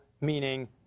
meaning